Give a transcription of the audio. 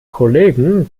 kollegen